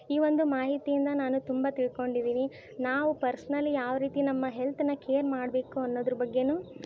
ಈ ಒಂದು ಮಾಹಿತಿಯಿಂದ ನಾನು ತುಂಬ ತಿಳ್ಕೊಂಡಿದೀನಿ ನಾವು ಪರ್ಸ್ನಲಿ ಯಾವರೀತಿ ನಮ್ಮ ಹೆಲ್ತನ್ನ ಕೇರ್ ಮಾಡಬೇಕು ಅನ್ನೋದ್ರ ಬಗ್ಗೆಯೂ